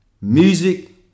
Music